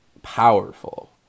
powerful